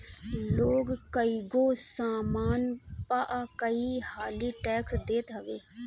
लोग कईगो सामान पअ कई हाली टेक्स देत हवे